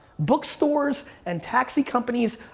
bookstores and taxi companies,